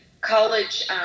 college –